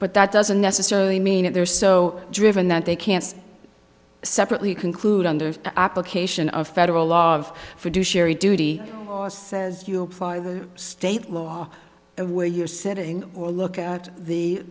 but that doesn't necessarily mean that they're so driven that they can't separately conclude on the application of federal law of for do sherry duty says you apply the state law where you're sitting or look at the